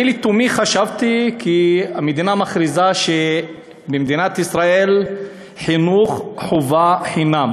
אני לתומי חשבתי כי המדינה מכריזה שבמדינת ישראל חינוך חובה חינם.